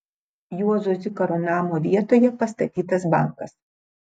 juozo zikaro namo vietoje pastatytas bankas